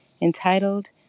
entitled